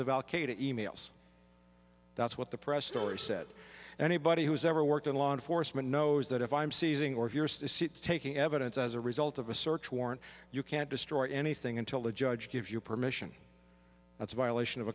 qaeda e mails that's what the press story said anybody who's ever worked in law enforcement knows that if i'm seizing or taking evidence as a result of a search warrant you can't destroy anything until the judge gives you permission that's a violation of